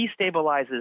destabilizes